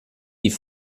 die